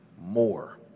more